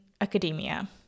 academia